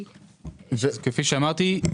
כפי שאמרתי,